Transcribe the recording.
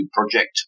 project